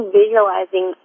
visualizing